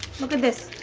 look at this,